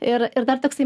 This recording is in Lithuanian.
ir ir dar toksai